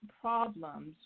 problems